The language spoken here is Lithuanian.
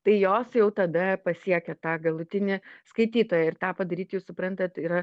tai jos jau tada pasiekia tą galutinį skaitytoją ir tą padaryti jūs suprantat yra